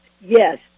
yes